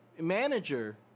manager